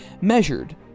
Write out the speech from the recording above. measured